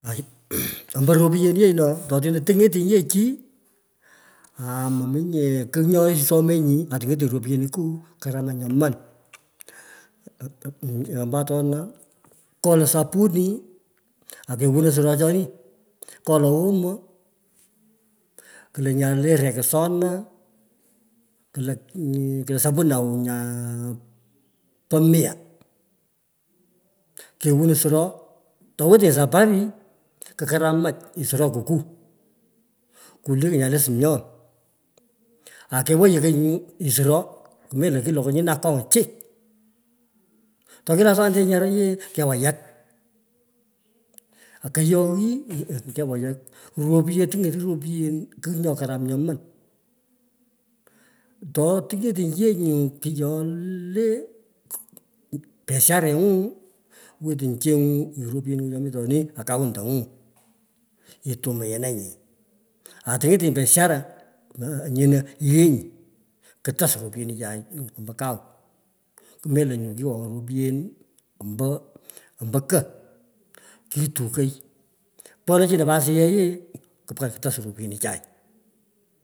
Ombo ropyen ye no, ototino tingetinyi yee chi aa mominye kigh nyo isomenyi ata ketiny ropyeniku, karamach nyoman. Ombo otona kolog sapuni akewono soro choni, kolog omo, kulo nyo le rexona kula, sapunina waw nya po mia, kewuno suro. Towetenyi sapari, kukaramah nyi suro ko ku kuliko nya le sumyon, akewoyokoi nyu suro, kumelo kilokoi nyini le akang’o chik atokilak nyara aswanete yee kewayak, aa kayoyi kewayak. Ropiyen tinget ropiyen kigh nyo korom nyoman. Totingetinyoi ye nyi kyole biashare nyu wetenyi cheng’o ropyeniku cho miteni akauntang’u itumiananyi aa tingetenyi biashara nyino yighenyi kitas ropyeni chai ombo kau kumelo nyu kiwongoi ropyen omto ko, kitukei. Pkonoi chino po asiyech yee pka kutass ropyenicha.